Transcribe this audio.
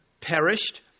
perished